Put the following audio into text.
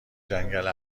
جنگل